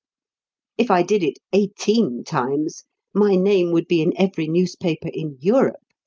if i did it eighteen times my name would be in every newspaper in europe.